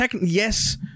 Yes